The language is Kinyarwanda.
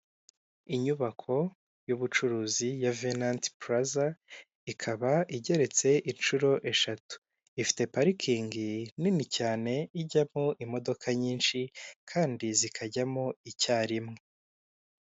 Inyubako y'ubucuruzi ya Venant Plazza, ikaba igereretse inshuro eshatu, ifite parikingi nini cyane ijyamo imodoka nyinshi, kandi zikajyamo icyarimwe.